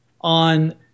on